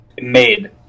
made